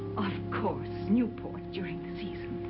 of course, newport during the season.